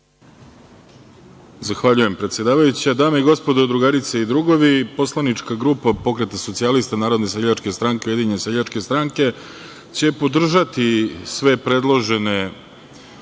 Zahvaljujem predsedavajuća. Dame i gospodo, drugarici i drugovi, poslanička grupa Pokret socijalista narodne seljačke stranke, Ujedinjene seljačke stranke će podržati sve predložene